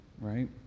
right